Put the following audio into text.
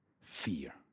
fear